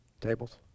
tables